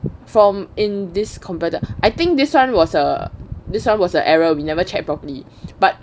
from in this company I think this one was uh this one was an error we never check properly but